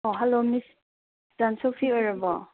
ꯑꯥ hello ꯃꯤꯁ ꯆꯥꯟꯁꯣꯐꯤ ꯑꯣꯏꯔꯕꯣ